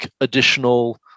additional